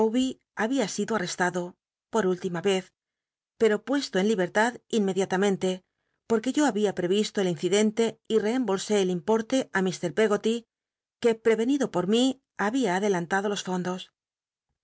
babia sido al'l'estado por última cz pero puesto en libcrtad inmediatamente porctuc yo había pr cyi to el incidente y reembolsé el importc á ir peggoly que prcyonido por mí había adelantado los fondos